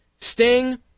Sting